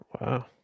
Wow